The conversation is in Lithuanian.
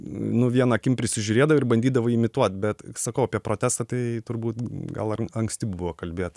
nu viena akim prisižiūrėdavai ir bandydavai imituot bet sakau apie protestą tai turbūt gal ar anksti buvo kalbėt